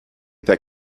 that